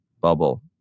bubble